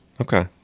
okay